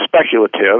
speculative